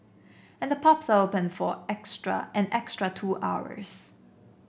and the pubs are open for extra an extra two hours